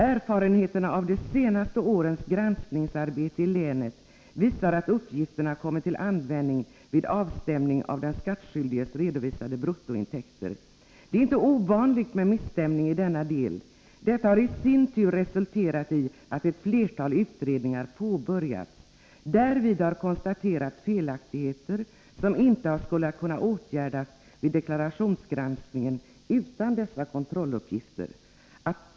Erfarenheterna av de senaste årens granskningsarbete i länet visar att uppgifterna kommer till användning vid avstämning av den skattskyldiges redovisade bruttointäkter. Det är inte ovanligt med misstämning i denna del. Detta har i sin tur resulterat i att ett antal utredningar påbörjats. Därvid har konstaterats felaktigheter som inte skulle ha kunnat åtgärdas vid deklarationsgranskningen utan dessa kontrolluppgifter.